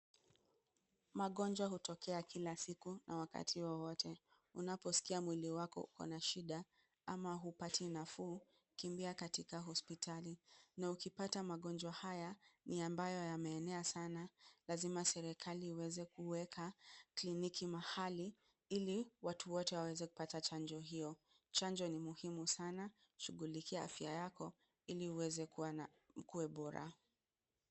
Magonjwa hutokea kila siku na wakati wowote. Unaposikia mwili wako ukona shida ama hupati nafuu, kimbia katika hospitali na ukipata magonjwa haya ni ambayo yameenea sana , lazima serikali iweze kuweka kliniki mahali ili watu wote waweze kupata chanjo hio. Chanjo ni muhimu sana shugulikia afya yako ili uweze kuwa bora.